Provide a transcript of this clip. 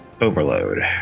overload